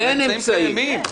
האמצעים קיימים.